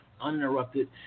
uninterrupted